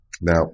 Now